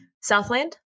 Southland